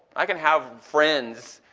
i can have friends,